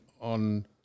on